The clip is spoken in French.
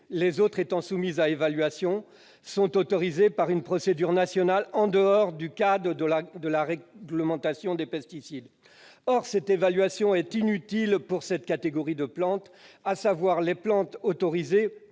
Les autres, soumises à évaluation, sont autorisées par une procédure nationale en dehors du cadre de la réglementation des pesticides. Or cette évaluation est inutile pour cette catégorie de plantes, à savoir les plantes autorisées